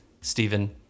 Stephen